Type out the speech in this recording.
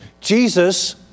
Jesus